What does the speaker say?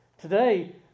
Today